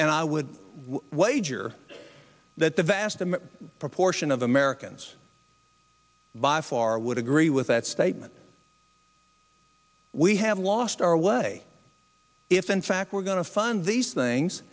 and i would wager that the vast proportion of americans by far would agree with that statement we have lost our way if in fact we're going to fund these things